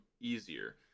easier